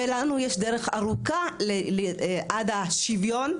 ולנו יש דרך ארוכה עד לשוויון,